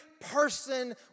person